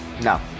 no